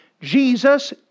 Jesus